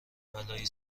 بلایی